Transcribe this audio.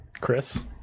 Chris